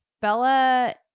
bella